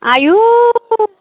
आयु